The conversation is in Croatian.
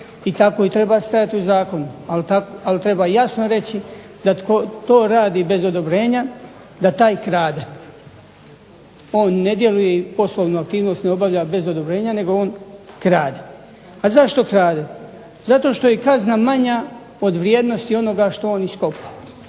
i tako treba stajati u zakonu, ali treba jasno reći da tko to radi bez odobrenja, da taj krade. On ne djeluje i poslovnu aktivnost ne obavlja bez odobrenja nego on krade. A zašto krade? Zato što je kazna manja od vrijednosti onoga što on iskopava.